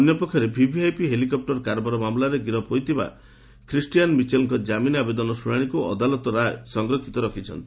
ଅନ୍ୟପକ୍ଷରେ VVIP helicopter କାରବାର ମାମଲାରେ ଗିରଫ ହୋଇଥିବା କ୍ରୀଷ୍ଟିୟାନ୍ ମିଚେଲ୍ଙ୍କ ଜାମିନ ଆବେଦନ ଶୁଣାଶିକୁ ଅଦାଲତ ସଂରକ୍ଷିତ ରଖିଛନ୍ତି